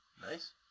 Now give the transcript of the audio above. Nice